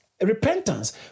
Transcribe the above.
Repentance